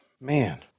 Man